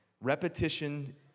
Repetition